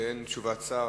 באין תשובת שר,